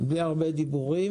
בלי הרבה דיבורים,